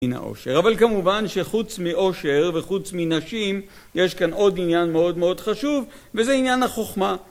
הנה האושר, אבל כמובן שחוץ מאושר וחוץ מנשים, יש כאן עוד עניין מאוד מאוד חשוב וזה עניין החכמה